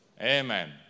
Amen